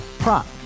Prop